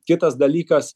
kitas dalykas